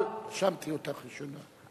אבל, רשמתי אותך ראשונה.